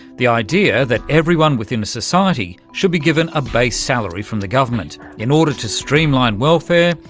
the idea that everyone within a society should be given a base salary from the government in order to streamline welfare,